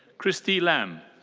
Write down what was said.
kristie lam.